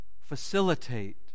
facilitate